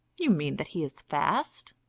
you mean that he is fast?